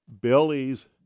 Billy's